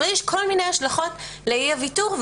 יש כל מיני השלכות לאי הוויתור,